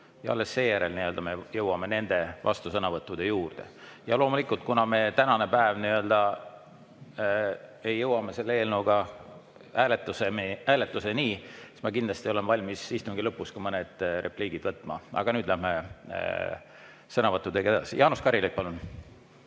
ja alles seejärel me jõuame nende vastusõnavõttude juurde. Ja loomulikult, kuna me tänasel päeval ei jõua selle eelnõuga hääletuseni, siis ma kindlasti olen valmis istungi lõpus ka mõned repliigid võtma. Aga nüüd läheme sõnavõttudega edasi. Jaanus Karilaid, palun!